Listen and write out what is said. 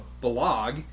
blog